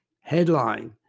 headline